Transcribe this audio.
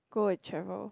go and travel